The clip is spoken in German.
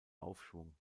aufschwung